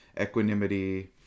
equanimity